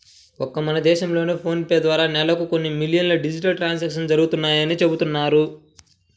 ఒక్క మన దేశంలోనే ఫోన్ పే ద్వారా నెలకు కొన్ని మిలియన్ల డిజిటల్ ట్రాన్సాక్షన్స్ జరుగుతున్నాయని చెబుతున్నారు